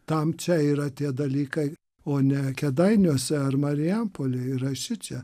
tam čia yra tie dalykai o ne kėdainiuose ar marijampolėj yra šičia